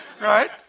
Right